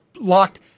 locked